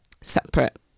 separate